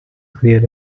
clean